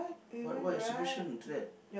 what what exhibition is that